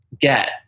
get